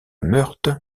meurthe